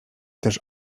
też